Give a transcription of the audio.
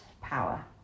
power